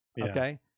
Okay